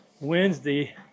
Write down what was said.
Wednesday